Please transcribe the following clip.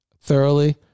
thoroughly